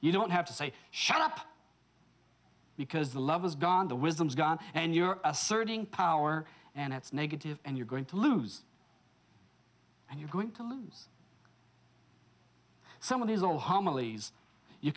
you don't have to say shut up because the love is gone the wisdom is gone and you're asserting power and it's negative and you're going to lose and you're going to lose some of these